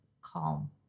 calm